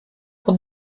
pour